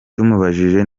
tumubajije